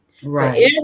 Right